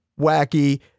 wacky